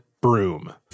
broom